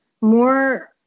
more